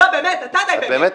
לא, באמת, אתה דיי באמת.